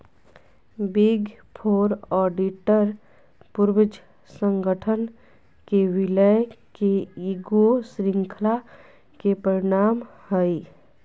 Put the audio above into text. big four auditor पूर्वज संगठन के विलय के ईगो श्रृंखला के परिणाम हइ